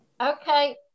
Okay